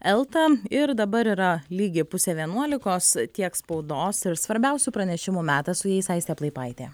elta ir dabar yra lygiai pusė vienuolikos tiek spaudos ir svarbiausių pranešimų metas su jais aistė plaipaitė